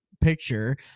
picture